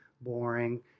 boring